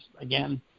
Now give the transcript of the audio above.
again